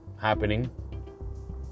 happening